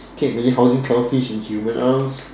can you imagine clownfish in human arms